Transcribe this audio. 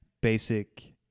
basic